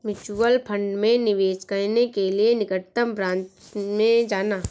mutual fund में निवेश करने के लिए निकटतम ब्रांच में जाना